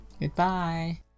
goodbye